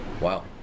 Wow